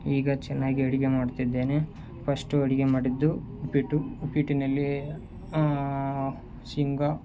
ಈಗ ಚೆನ್ನಾಗಿ ಅಡುಗೆ ಮಾಡ್ತಿದ್ದೇನೆ ಫಸ್ಟು ಅಡುಗೆ ಮಾಡಿದ್ದು ಉಪ್ಪಿಟ್ಟು ಉಪ್ಪಿಟ್ಟಿನಲ್ಲಿ ಶೇಂಗಾ